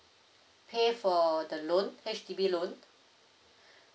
pay for the loan H_D_B loan